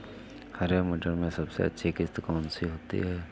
हरे मटर में सबसे अच्छी किश्त कौन सी होती है?